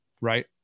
right